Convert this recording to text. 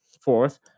fourth